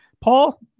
Paul